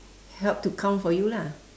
help to count for you lah